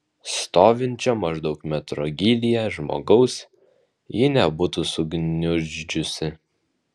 stovinčio maždaug metro gylyje žmogaus ji nebūtų sugniuždžiusi